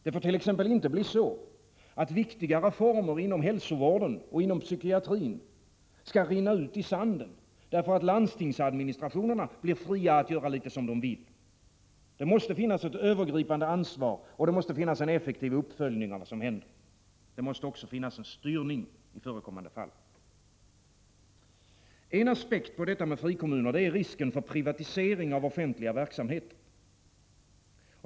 Det får t.ex. inte bli så att viktiga reformer inom hälsovården och psykiatrin rinner ut i sanden, därför att landstingsadministrationerna blir fria att göra som de vill. Det måste finnas ett övergripande ansvar och en effektiv uppföljning av vad som händer. Det måste också finnas en styrning i förekommande fall. En aspekt på detta med frikommuner är risken för privatisering av viktiga offentliga verksamheter.